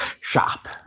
shop